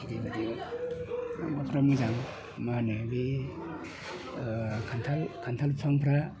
आरो माहोनो बे खान्थाल खान्थाल बिफांफ्राबो